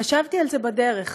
חשבתי על זה בדרך,